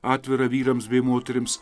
atvirą vyrams bei moterims